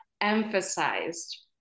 emphasized